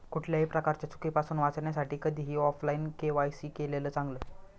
कुठल्याही प्रकारच्या चुकीपासुन वाचण्यासाठी कधीही ऑफलाइन के.वाय.सी केलेलं चांगल